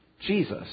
Jesus